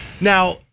Now